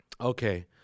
Okay